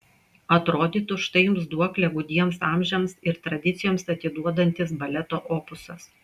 atrodytų štai jums duoklę gūdiems amžiams ir tradicijoms atiduodantis baleto opusas